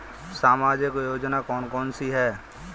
सामाजिक योजना कौन कौन सी हैं?